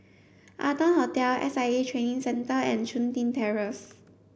Arton Hotel S I A Training Centre and Chun Tin Terrace